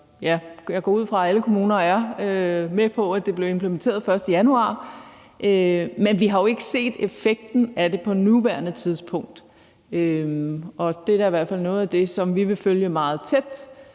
Jeg går ud fra, at alle kommuner er med på, at den blev implementeret 1. januar. Men vi har jo ikke set effekten af det på nuværende tidspunkt, og det er da i hvert fald noget af det, vi vil følge meget tæt,